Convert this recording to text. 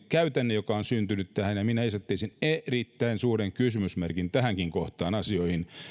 käytänne joka on syntynyt tähän on hyvin kummallinen ja minä esittäisin erittäin suuren kysymysmerkin tähänkin kohtaan asioihin